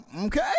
okay